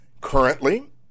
Currently